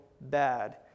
bad